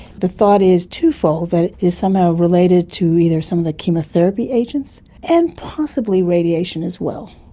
the thought is twofold, that it is somehow related to either some of the chemotherapy agents and possibly radiation as well.